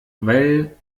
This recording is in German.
weil